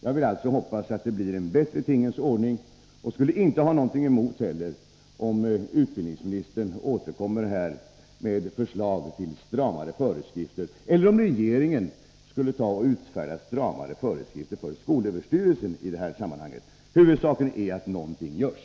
Jag hoppas att det blir en bättre tingens ordning och skulle inte ha något emot om utbildningsministern återkommer med förslag till stramare föreskrifter eller om regeringen utfärdar stramare föreskrifter för skolöverstyrelsen i detta sammanhang. Huvudsaken är att någonting görs.